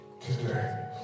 today